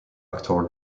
actor